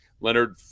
Leonard